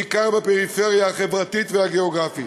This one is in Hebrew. בעיקר בפריפריה החברתית והגיאוגרפית.